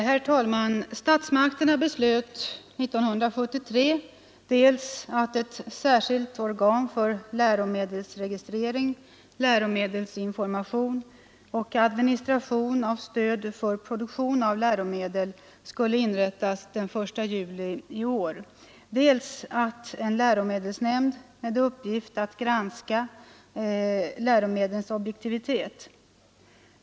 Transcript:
Herr talman! Statsmakterna beslöt 1973 dels att ett särskilt organ för läromedelsregistrering, läromedelsinformation och administration av stöd för produktion av läromedel skulle inrättas den 1 juli 1974, dels att en läromedelsnämnd med uppgift att granska läromedlens objektivitet skulle inrättas vid samma tidpunkt.